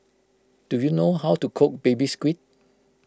do you know how to cook Baby Squid